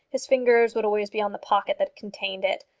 his fingers would always be on the pocket that contained it.